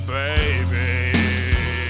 baby